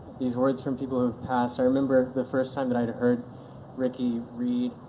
these words from people who passed. i remember the first time that i'd heard rickey read